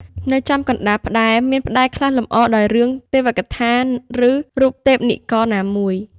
នៅចំកណ្តាលផ្តែរ មានផ្តែរខ្លះលម្អដោយរឿងទេវកថា ឬ រូបទេពនិករណាមួយ។